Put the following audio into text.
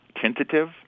tentative